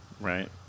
right